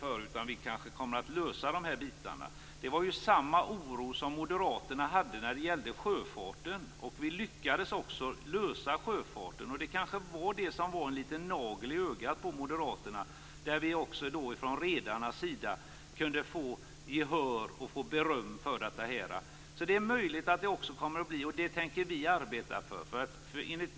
Vi kommer nog att kunna lösa de här bitarna. Samma oro hade Moderaterna när det gällde sjöfarten men där lyckades vi ju få en lösning. Kanske var det en liten nagel i ögat på Moderaterna. Också från redarnas sida kunde vi få gehör och beröm. Det är möjligt att det blir så också i det här sammanhanget. Det är vad vi tänker arbeta för.